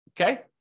okay